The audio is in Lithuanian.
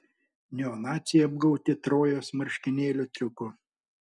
neonaciai apgauti trojos marškinėlių triuku